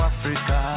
Africa